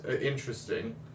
interesting